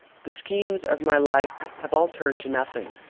the schemes of my life have all turned to nothing.